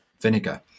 vinegar